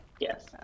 yes